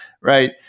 right